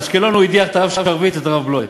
באשקלון הוא הדיח את הרב שרביט ואת הרב בלוי.